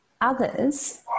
others